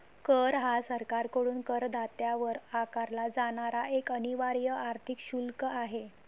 कर हा सरकारकडून करदात्यावर आकारला जाणारा एक अनिवार्य आर्थिक शुल्क आहे